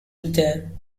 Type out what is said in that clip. there